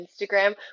Instagram